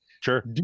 Sure